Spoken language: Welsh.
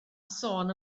sôn